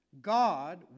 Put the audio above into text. God